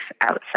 outside